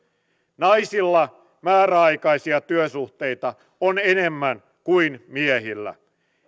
naisilla määräaikaisia työsuhteita on enemmän kuin miehillä